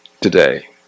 today